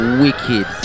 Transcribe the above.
wicked